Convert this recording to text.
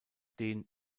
den